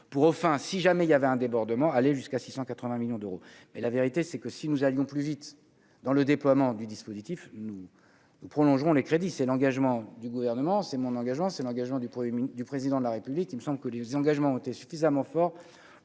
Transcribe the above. pour au enfin si jamais il y avait un débordement aller jusqu'à 680 millions d'euros, mais la vérité c'est que si nous allions plus vite dans le déploiement du dispositif, nous prolongerons les crédits, c'est l'engagement du gouvernement, c'est mon engagement, c'est l'engagement du 1er ministre du président de la République, il me semble que les engagements ont été suffisamment fort